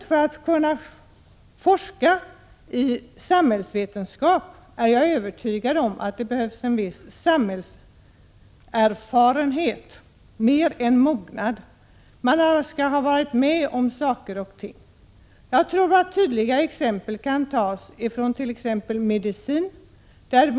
För att kunna forska i samhällsvetenskap behövs det däremot — det är jag övertygad om — snarare en viss samhällserfarenhet förutom mognad; man skall ha varit med om saker och ting. Tydliga exempel kan tas från medicinens område.